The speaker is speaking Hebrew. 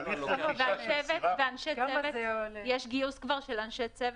האם יש כבר גיוס של אנשי צוות?